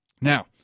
Now